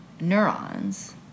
neurons